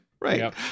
Right